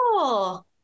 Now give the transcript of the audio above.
cool